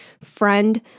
friend